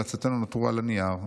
המלצותינו נותרו על הנייר,